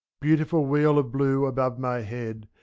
beautiful wheel of blue above my head.